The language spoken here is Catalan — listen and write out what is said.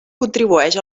contribueix